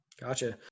gotcha